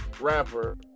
rapper